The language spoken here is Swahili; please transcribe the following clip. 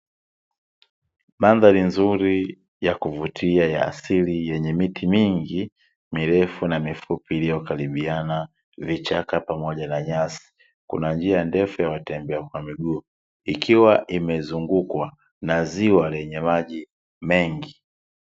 Mandhari nzuri ya kuvutia ya asili yenye miti mingi mirefu na mifupi iliyokaribiana, vichaka pamoja na nyasi. Kuna njia ndefu ya watembea kwa miguu, ikiwa imezungukwa na ziwa lenye maji mengi.